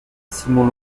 simon